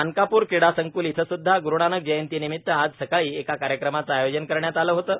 मानकापूर क्रीडा संक्ल इथं स्द्धा ग्रुनानक जयंतीनिमित आज सकाळी एका कार्यक्रमाचे आयोजन करण्यात आलं होतं